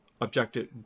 objective